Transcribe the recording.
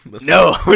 no